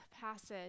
passage